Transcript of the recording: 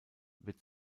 wird